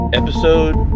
episode